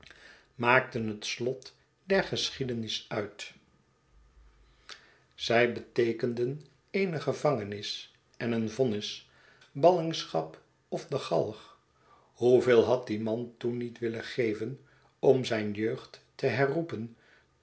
maakten het slot der geschiedenis uit zij beteekenden eene gevangenis en een vonnis ballingschap of de galg jftoeveel had die man toen niet willen geven om zijne jeugd te